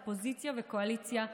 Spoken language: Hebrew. אופוזיציה וקואליציה,